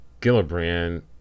Gillibrand